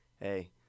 hey